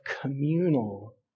communal